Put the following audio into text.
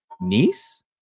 niece